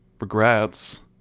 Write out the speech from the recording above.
regrets